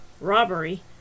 robbery